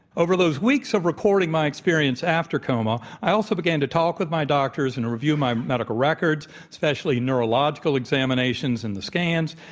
over those weeks of recording my experience after coma, i also began to talk with my doctors and review my medical records, especially neurological examinations and the scans,